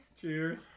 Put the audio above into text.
Cheers